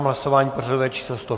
Hlasování pořadové číslo 105.